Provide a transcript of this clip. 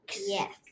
yes